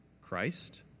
Christ